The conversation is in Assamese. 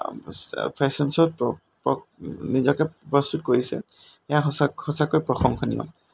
ফেশ্বন শ্ব'ত নিজাকৈ প্ৰস্তুত কৰিছে এইয়া সঁচা সঁচাকৈ প্ৰশংসনীয়